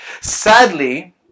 Sadly